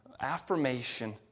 affirmation